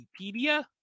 Wikipedia